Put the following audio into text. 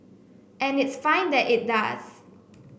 and it's fine that it does